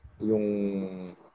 yung